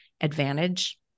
advantage